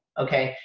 okay,